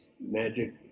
magic